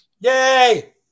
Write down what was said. Yay